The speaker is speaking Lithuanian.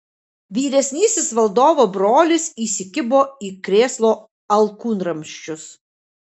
vyresnysis valdovo brolis įsikibo į krėslo alkūnramsčius